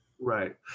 Right